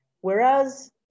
Whereas